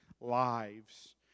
lives